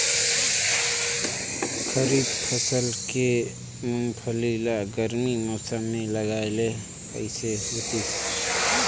खरीफ फसल के मुंगफली ला गरमी मौसम मे लगाय ले कइसे होतिस?